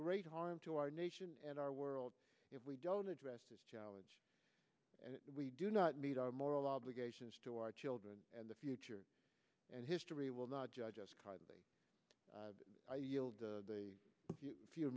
great harm to our nation and our world if we don't address this challenge we do not meet our moral obligations to our children and the future and history will not judge us the few